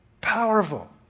powerful